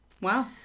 wow